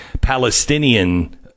Palestinian